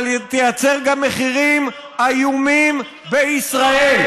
אבל תייצר גם מחירים איומים בישראל.